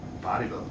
bodybuilding